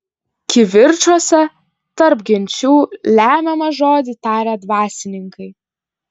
kivirčuose tarp genčių lemiamą žodį taria dvasininkai